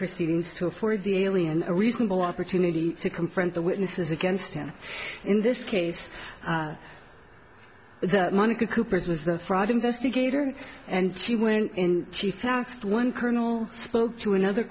proceedings to afford the alien a reasonable opportunity to confront the witnesses against him in this case that monica coopers was the fraud investigator and she when she found just one colonel spoke to another